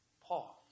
Pause